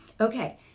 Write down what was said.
Okay